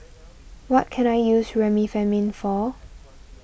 what can I use Remifemin for